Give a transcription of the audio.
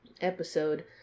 episode